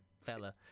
fella